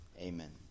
Amen